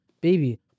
Baby